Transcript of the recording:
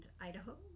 Idaho